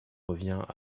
revient